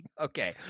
Okay